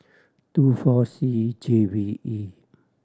two four C J V E